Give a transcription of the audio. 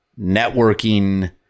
networking